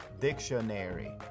dictionary